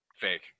Fake